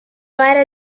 mare